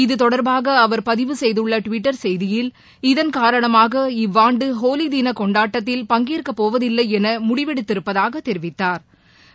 இத்தொடர்பாக அவர் பதிவு செய்துள்ள டுவிட்டர் செய்தியில் இதன் காரணமாக இவ்வாண்டு ஹோலி தின கொண்டாட்டத்தில் பங்கேற்க போவதில்லை என முடிவெடுத்திருப்பதாக தெரிவித்தாா்